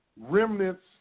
remnants